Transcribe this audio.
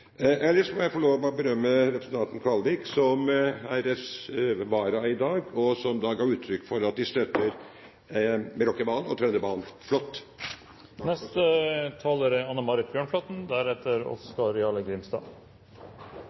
må jeg få lov til å berømme representanten Kvalvik, som er vararepresentant i dag, og som ga uttrykk for at de støtter Meråkerbanen og Trønderbanen – flott! Jeg skal kommentere noen av de forholdene som er